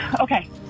Okay